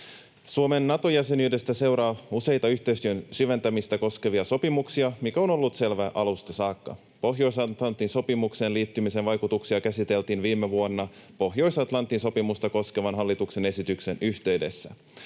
Suomen Nato-jäsenyydestä seuraa useita yhteistyön syventämistä koskevia sopimuksia, mikä on ollut selvää alusta saakka. Pohjois-Atlantin sopimukseen liittymisen vaikutuksia käsiteltiin viime vuonna Pohjois-Atlantin sopimusta koskevan hallituksen esityksen yhteydessä.